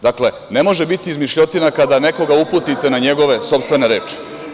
Dakle, ne može biti izmišljotina kada nekoga uputite na njegove sopstvene reči.